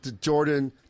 Jordan